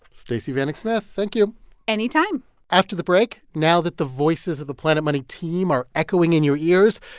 stacey vanek smith, thank you anytime after the break now that the voices of the planet money team are echoing in your ears,